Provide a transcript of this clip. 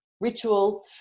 ritual